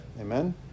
Amen